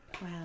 Wow